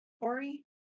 Ori